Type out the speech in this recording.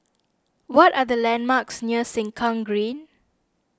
what are the landmarks near Sengkang Green